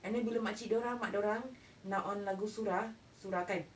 and then bila makcik dia orang mak dia orang nak on lagu surah-surah kan